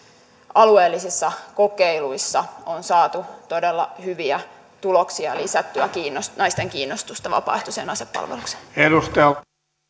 alueellisissa kokeiluissa on saatu todella hyviä tuloksia ja lisättyä naisten kiinnostusta vapaaehtoiseen asepalvelukseen